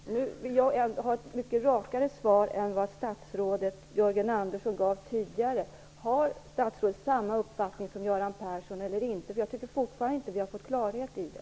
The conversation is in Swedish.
Jag vill ha ett mycket rakare svar än vad statsrådet Jörgen Andersson gav tidigare: Har statsrådet samma uppfattning som Göran Persson eller inte? Vi har fortfarande inte fått klarhet i det.